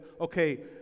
okay